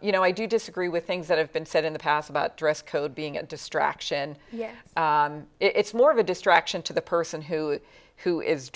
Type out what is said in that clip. you know i do disagree with things that have been said in the past about dress code being a distraction it's more of a distraction to the person who who is